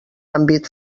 àmbit